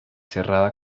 cerrada